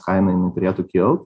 kaina jinai turėtų kilt